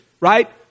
right